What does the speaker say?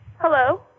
Hello